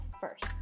first